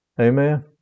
Amen